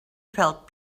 felt